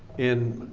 in,